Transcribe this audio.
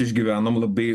išgyvenom labai